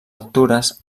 altures